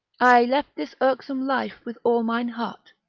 i left this irksome life with all mine heart,